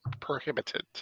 prohibited